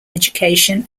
education